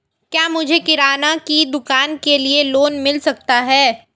क्या मुझे किराना की दुकान के लिए लोंन मिल सकता है?